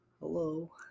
hello